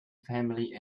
family